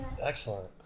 Excellent